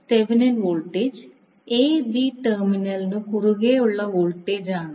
Thevenin voltage a b ടെർമിനലിനു കുറുകെയുള്ള voltage ആണ്